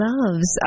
Loves